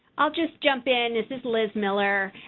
i'll just jump in. this is liz miller.